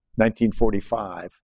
1945